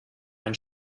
ein